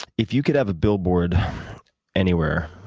if you could have a billboard anywhere,